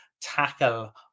tackle